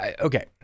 okay